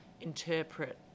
interpret